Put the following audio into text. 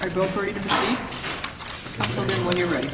you go for it when you're ready